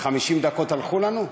50 דקות הלכו לנו?